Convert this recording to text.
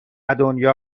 دنیا